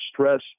stress